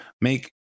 make